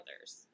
others